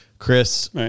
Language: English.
Chris